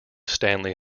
stanley